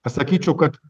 pasakyčiau kad